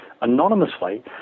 anonymously